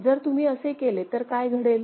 जर तुम्ही असे केले तर काय घडेल